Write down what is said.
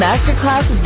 Masterclass